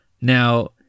Now